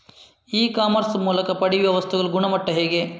E commerce ಮೂಲಕ ಪಡೆಯುವ ವಸ್ತುಗಳ ಗುಣಮಟ್ಟ ಹೇಗೆ?